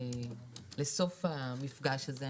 לסוף המפגש הזה.